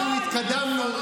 אנחנו התקדמנו,